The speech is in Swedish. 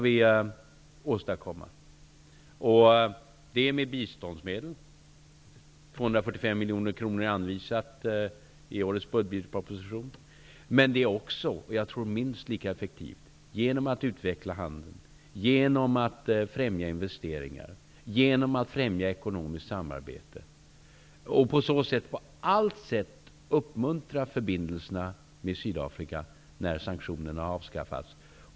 Det skall göras med biståndsmedel. 245 miljoner kronor har anvisats i årets budgetproposition. Det skall också ske -- och jag tror att det är minst lika effektivt -- genom att utveckla handeln, främja investeringar och ekonomiskt samarbete. Vi skall med dessa medel på allt sätt uppmuntra förbindelserna med Sydafrika när sanktionerna väl har avskaffats.